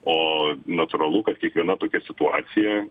o natūralu kad kiekviena tokia situacija